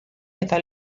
eta